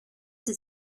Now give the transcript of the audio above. does